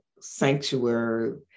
sanctuary